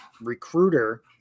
recruiter